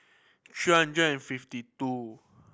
three hundred and fifty two